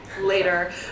later